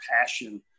passion